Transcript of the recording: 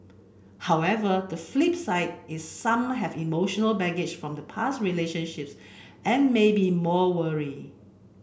however the flip side is some have emotional baggage from past relationships and may be more wary